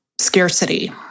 scarcity